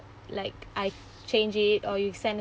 like I change it or you send